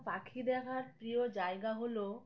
পাখি দেখার প্রিয় জায়গা হলো